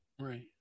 Right